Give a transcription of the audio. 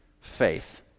faith